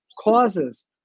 causes